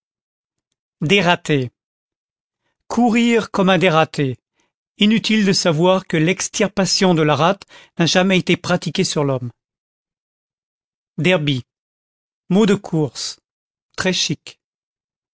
dératé courir comme un dératé inutile de savoir que l'extirpation de la rate n'a jamais été pratiquée sur l'homme derby mot de courses très chic